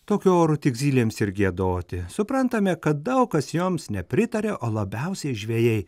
tokiu oru tik zylėms ir giedoti suprantame kad daug kas joms nepritaria o labiausiai žvejai